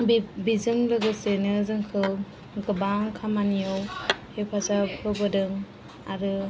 बेजों लोगोसेनो जोंखौ गोबां खामानियाव हेफाजाब होबोदों आरो